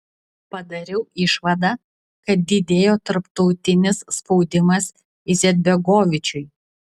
padariau išvadą kad didėjo tarptautinis spaudimas izetbegovičiui